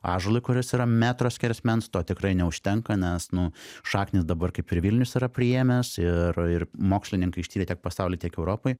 ąžuolui kuris yra metro skersmens to tikrai neužtenka nes nu šaknys dabar kaip ir vilnius yra priėmęs ir ir mokslininkai ištyrė tiek pasauly tiek europoj